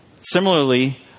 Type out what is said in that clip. Similarly